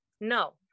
No